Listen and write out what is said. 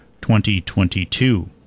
2022